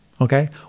Okay